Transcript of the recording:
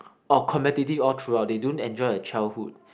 orh competitive all throughout they don't enjoy a childhood